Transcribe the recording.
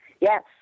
Yes